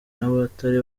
n’abatari